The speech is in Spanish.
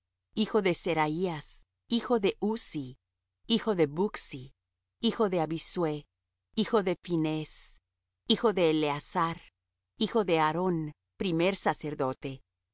hijo de zeraías hijo de uzzi hijo de bucci hijo de abisue hijo de phinees hijo de eleazar hijo de aarón primer sacerdote este